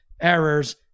errors